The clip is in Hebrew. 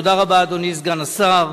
תודה רבה, אדוני סגן השר.